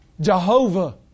Jehovah